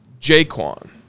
jaquan